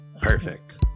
Perfect